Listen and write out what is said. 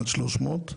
מעל 300,